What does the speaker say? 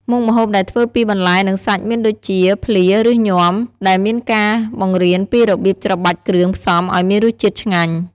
មុខម្ហូបដែលធ្វើពីបន្លែនិងសាច់មានដូចជា ភ្លា ឬញាំ ដែលមានការបង្រៀនពីរបៀបច្របាច់គ្រឿងផ្សំឱ្យមានរសជាតិឆ្ងាញ់។